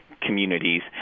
communities